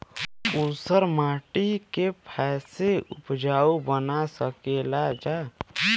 ऊसर माटी के फैसे उपजाऊ बना सकेला जा?